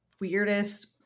weirdest